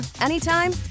anytime